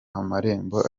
amarembo